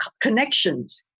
connections